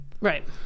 Right